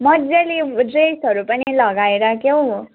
मज्जाले ड्रेसहरू पनि लगाएर क्या हो